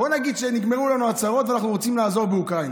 בוא נגיד שנגמרו לנו הצרות ואנחנו רוצים לעזור באוקראינה.